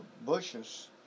bushes